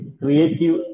creative